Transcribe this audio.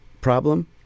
problem